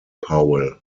powell